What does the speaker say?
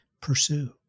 pursue